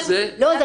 לא, זה